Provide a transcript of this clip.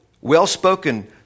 Well-spoken